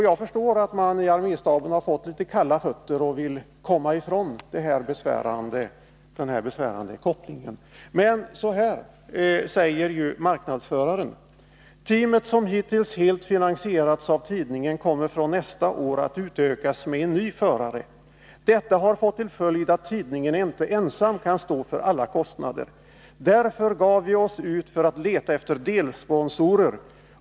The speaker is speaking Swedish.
Jag förstår att man i arméstaben har fått litet kalla fötter och vill komma ifrån den här besvärande kopplingen, men så här säger ju marknadsföraren: ”Teamet som hittills helt finansierats av tidningen kommer från nästa år att utökas med en ny förare ———. Detta har fått till följd att tidningen inte ensam kan stå för alla kostnader. — Därför gav vi oss ut för att leta efter delsponsorer.